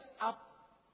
up